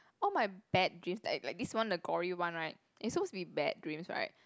all my bad dream like like this one the gory one right it's suppose to be bad dreams right